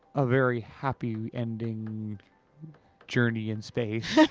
a very happy ending journey in space.